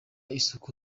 isuku